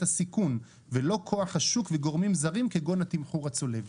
הסיכון ולא כוח השוק וגורמים זרים כגון התמחור הצולב".